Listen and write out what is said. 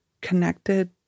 connected